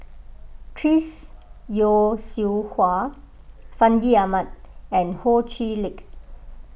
Chris Yeo Siew Hua Fandi Ahmad and Ho Chee Lick